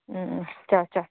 ꯎꯝ ꯎꯝ ꯆꯥ ꯆꯥ